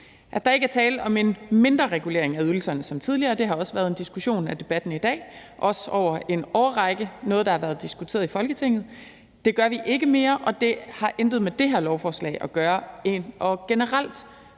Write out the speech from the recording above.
at der ikke er tale om en mindreregulering af ydelserne som tidligere – det har også været en diskussion i debatten i dag og også over en årrække været noget, der har været diskuteret i Folketinget. Det gør vi ikke mere, og det har intet andet med det her lovforslag at gøre end generel